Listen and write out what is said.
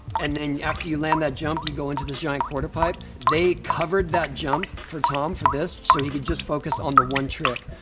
and then after you land that jump, you go into this giant quarter pipe. they covered that jump for tom for this so he could just focus on the one trick.